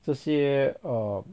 这些 err